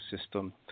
system